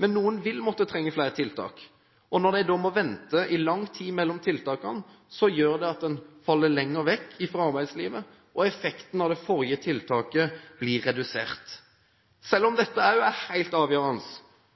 men noen vil måtte trenge flere tiltak. At de må vente i lang tid mellom tiltakene, gjør at de faller lenger vekk fra arbeidslivet, og effekten av det forrige tiltaket blir redusert. Selv om